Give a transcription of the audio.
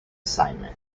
assignment